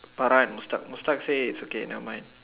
Farah and Mustad Mustad say it's okay never mind